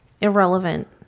irrelevant